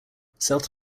south